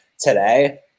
today